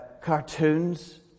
cartoons